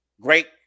great